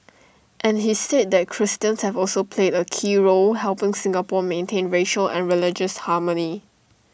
and he said that Christians have also played A key role helping Singapore maintain racial and religious harmony